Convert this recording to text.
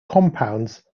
compounds